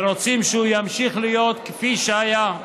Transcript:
ורוצים שהוא ימשיך להיות כפי שהיה,